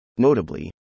Notably